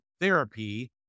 therapy